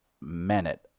minute